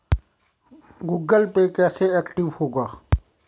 Google Pay कैसे active होगा?